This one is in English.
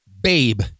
Babe